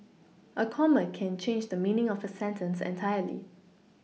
a comma can change the meaning of a sentence entirely